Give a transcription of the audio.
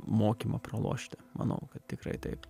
mokymą pralošti manau kad tikrai taip